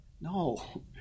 No